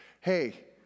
hey